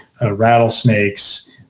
rattlesnakes